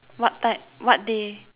what time what day